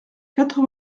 quatre